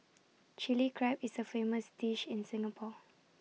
Chilli Crab is A famous dish in Singapore